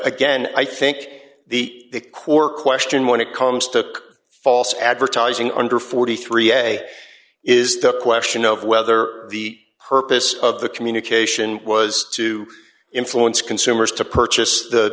again i think the quare question when it comes to false advertising under forty three essay is the question of whether the purpose of the communication was to influence consumers to purchase the